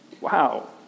wow